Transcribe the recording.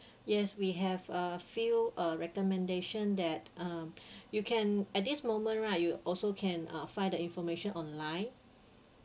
yes we have a few uh recommendation that uh you can at this moment right you also can uh find the information online